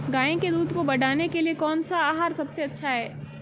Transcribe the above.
गाय के दूध को बढ़ाने के लिए कौनसा आहार सबसे अच्छा है?